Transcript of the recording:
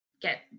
get